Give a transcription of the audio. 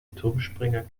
turmspringer